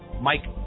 Mike